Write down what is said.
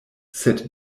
sed